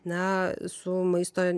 na su maisto